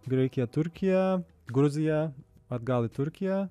graikija turkija gruzija atgal į turkiją